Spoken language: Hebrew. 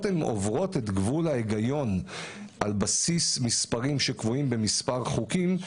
עוברות את גבול ההיגיון על בסיס של מספרים שקבועים בכמה חוקים,